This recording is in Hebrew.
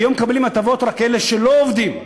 היום מקבלים הטבות רק אלה שלא עובדים.